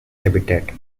habitat